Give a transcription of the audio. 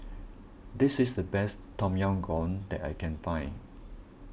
this is the best Tom Yam Goong that I can find